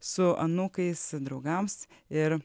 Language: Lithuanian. su anūkais draugams ir